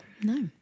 No